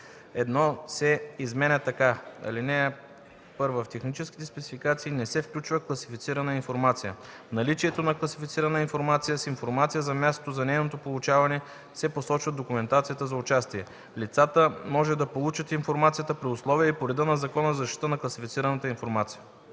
1 се изменя така: „(1) В техническите спецификации не се включва класифицирана информация. Наличието на класифицирана информация с информация за мястото за нейното получаване се посочват в документацията за участие. Лицата може да получат информацията при условията и по реда на Закона за защита на класифицираната информация.”